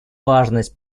важность